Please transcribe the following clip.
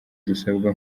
dusabwa